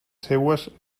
seues